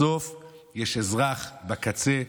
בסוף יש אזרח בקצה,